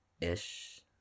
ish